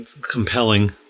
compelling